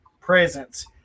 presence